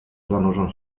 zanurzam